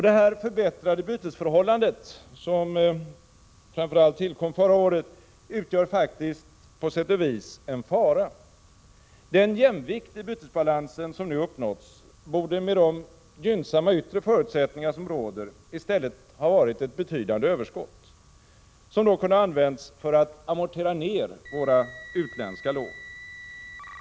Detta förbättrade bytesförhållande, som framför allt tillkom förra året, utgör faktiskt på sätt och vis en fara. Den jämvikt i bytesbalansen som nu uppnåtts borde med de gynnsamma yttre förutsättningar som råder i stället ha varit ett betydande överskott, som kunde ha använts för att amortera ned våra utländska lån.